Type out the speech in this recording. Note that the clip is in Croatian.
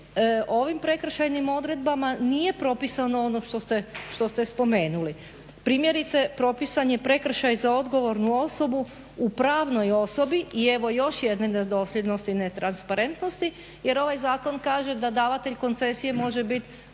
ovim prekršajnim odredbama nije propisano ono što ste spomenuli. Primjerice propisan je prekršaj za odgovornu osobu u pravnoj osobi i evo još jedne nedosljednosti i netransparentnosti jer ovaj zakon kaže da davatelj koncesije može biti